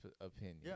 opinion